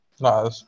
No